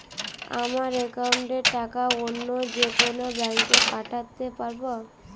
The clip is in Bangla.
আমার একাউন্টের টাকা অন্য যেকোনো ব্যাঙ্কে পাঠাতে পারব?